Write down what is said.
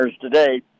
today